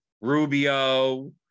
Rubio